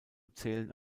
zählen